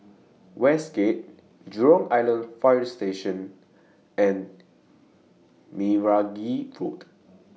Westgate Jurong Island Fire Station and Meragi Road